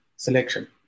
selection